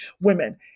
women